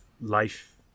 life